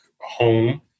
home